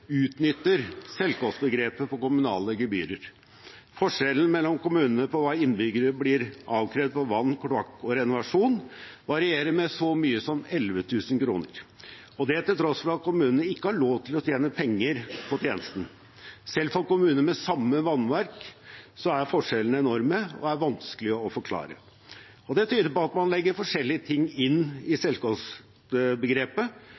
utnytter selvkostbegrepet på kommunale gebyrer. Forskjellen mellom kommunene på hva innbyggerne blir avkrevd for vann, kloakk og renovasjon, varierer med så mye som 11 000 kr, og det til tross for at kommunene ikke har lov til å tjene penger på tjenesten. Selv for kommuner med samme vannverk er forskjellene enorme og vanskelige å forklare. Det tyder på at man legger forskjellige ting inn i